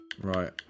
Right